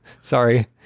sorry